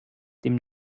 dem